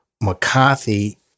McCarthy